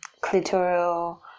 clitoral